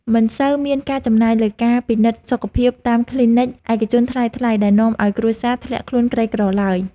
មិនសូវមានការចំណាយលើការពិនិត្យសុខភាពតាមគ្លីនិកឯកជនថ្លៃៗដែលនាំឱ្យគ្រួសារធ្លាក់ខ្លួនក្រីក្រឡើយ។